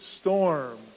storm